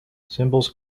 symbols